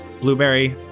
Blueberry